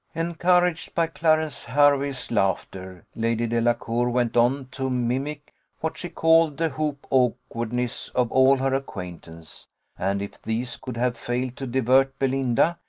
encouraged by clarence hervey's laughter, lady delacour went on to mimic what she called the hoop awkwardness of all her acquaintance and if these could have failed to divert belinda,